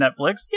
Netflix